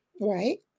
Right